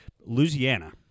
louisiana